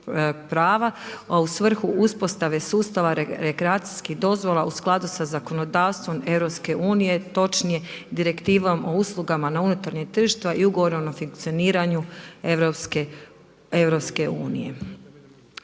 a u svrhu uspostave sustava rekreacijskih dozvola u skladu sa zakonodavstvom EU, točnije Direktivom o uslugama na unutarnjem tržištu, a i Ugovor o funkcioniranju EU.